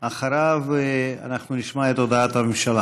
אחריו נשמע את הודעת הממשלה.